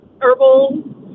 herbal